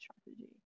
strategy